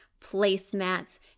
placemats